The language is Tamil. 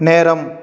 நேரம்